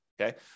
okay